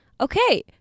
Okay